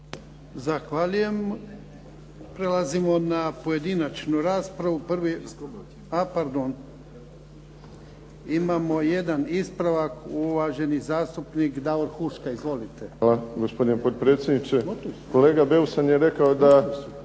Zahvaljujem. Prelazimo na pojedinačnu raspravu, a pardon, imamo jedan ispravak uvaženi zastupnik Davor Huška. Izvolite. **Huška, Davor (HDZ)** Pa gospodine potpredsjedniče, kolega Beus nam je rekao da